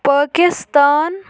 Pakistan